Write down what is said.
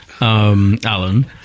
Alan